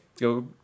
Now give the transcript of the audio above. Go